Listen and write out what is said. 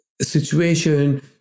situation